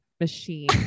machine